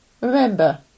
Remember